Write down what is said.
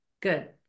good